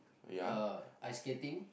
uh ice skating